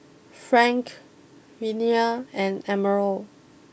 Frank Renea and Emerald